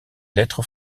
lettres